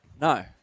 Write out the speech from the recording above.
No